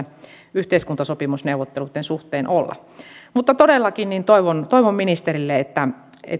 yhteiskuntasopimusneuvotteluitten suhteen olla mutta todellakin toivon toivon ministeriltä että